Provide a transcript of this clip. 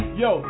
yo